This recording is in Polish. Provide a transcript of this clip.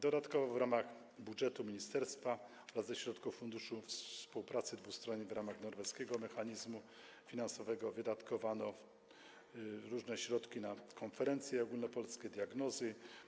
Dodatkowo w ramach budżetu ministerstwa oraz ze środków Funduszu Współpracy Dwustronnej w ramach Norweskiego Mechanizmu Finansowego wydatkowano różne środki na konferencje ogólnopolskie, diagnozy.